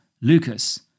Lucas